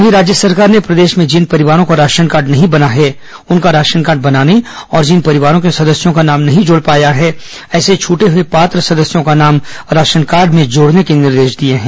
वहीं राज्य सरकार ने प्रदेश में जिन परिवारों का राशन कार्ड नहीं बना है उनका राशन कार्ड बनाने और जिन परिवारों के सदस्यों का नाम नहीं जुड़ पाया है ऐसे छटे हए पात्र सदस्यों का नाम राशन कार्ड में जोडने के निर्देश दिए हैं